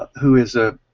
who is a